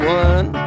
one